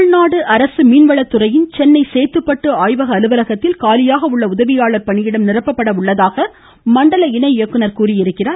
தமிழ்நாடு அரசு மீன்வளத்துறையின் சென்னை சேத்துப்பட்டு ஆய்வக அலுவலகத்தில் காலியாக உள்ள உதவியாளர் பணியிடம் நிரப்பப்பட உள்ளதாக மண்டல இணை இயக்குனர் தெரிவித்துள்ளார்